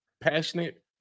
passionate